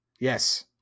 Yes